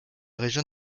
région